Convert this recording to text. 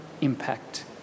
impact